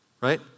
right